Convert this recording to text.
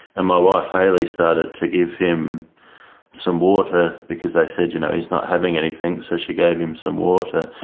my wife, haley, started to give him some water because they said you know he's not having anything, so she gave him some water.